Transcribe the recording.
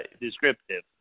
descriptive